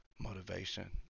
motivation